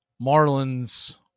Marlins